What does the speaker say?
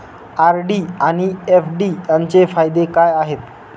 RD आणि FD यांचे फायदे काय आहेत?